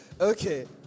okay